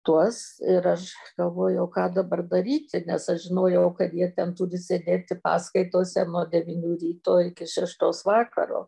tuos ir aš galvojau ką dabar daryti nes aš žinojau kad jie ten turi sėdėti paskaitose nuo devynių ryto iki šeštos vakaro